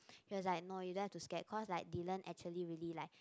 he was like no you don't have to scare because like Dylan actually really like